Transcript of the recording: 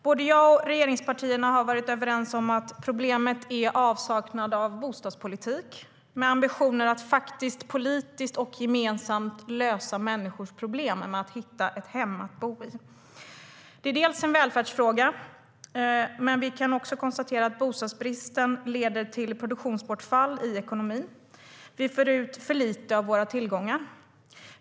Både jag och regeringspartierna har varit överens om att problemet är avsaknaden av bostadspolitik med ambitionen att politiskt och gemensamt lösa människors problem med att hitta ett hem att bo i.Det är en välfärdsfråga, men vi kan också konstatera att bostadsbristen leder till produktionsbortfall i ekonomin. Vi för ut alltför lite av våra tillgångar.